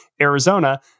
arizona